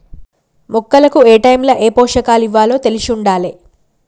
మొక్కలకు ఏటైముల ఏ పోషకాలివ్వాలో తెలిశుండాలే